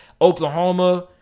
Oklahoma